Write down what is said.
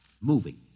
moving